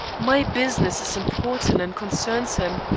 my business is important and concerns him.